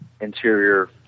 interior